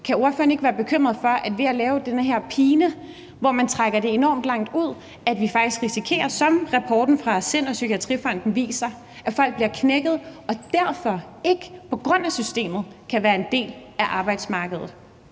Kan ordføreren ikke være bekymret for, at vi ved at lave den her pine, hvor man trækker det enormt langt ud, faktisk risikerer – som rapporten fra SIND og Psykiatrifonden viser – at folk bliver knækket og derfor på grund af systemet ikke kan være en del af arbejdsmarkedet?